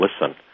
listen